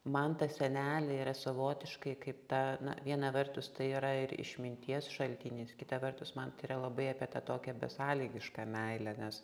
man ta senelė yra savotiškai kaip ta na viena vertus tai yra ir išminties šaltinis kita vertus man tai yra labai apie tą tokią besąlygišką meilę nes